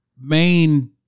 main